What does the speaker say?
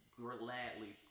gladly